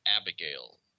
abigail